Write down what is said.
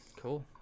Cool